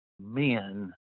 men